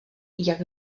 jak